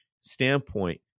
standpoint